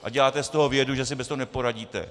A děláte z toho vědu, že si bez toho neporadíte.